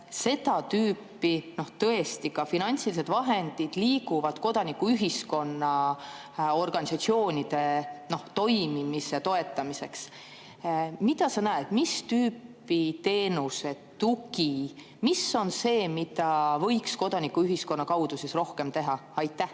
seda tüüpi finantsilised vahendid tõesti liiguvad kodanikuühiskonna organisatsioonide toimimise toetamiseks, siis mida sa näed, mis tüüpi teenuse tugi on see, mida võiks kodanikuühiskonna kaudu rohkem teha? Aitäh!